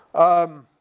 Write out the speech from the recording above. um.